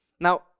Now